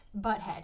butthead